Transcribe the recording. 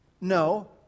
No